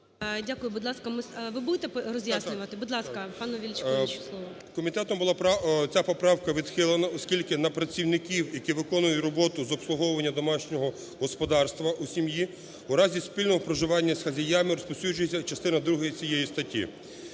Дякую. Будь ласка… ви будете роз'яснювати. Будь ласка, пану Величковичу слово. 11:50:51 ВЕЛИЧКОВИЧ М.Р. Комітетом була ця поправка відхилена, оскільки на працівників, які виконують роботу з обслуговування домашнього господарства у сім'ї в разі спільного проживання з хазяєвами розповсюджується частина друга цієї статті,